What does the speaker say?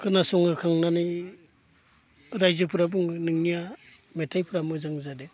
खोनासंहोखांनानै रायजोफोरा बुङो नोंनिया मेथाइफोरा मोजां जादो